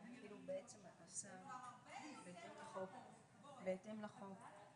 עצמאים מופיע 10 פעמים,